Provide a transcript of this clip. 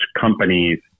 companies